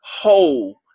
whole